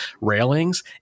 railings